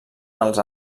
als